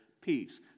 peace